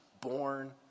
born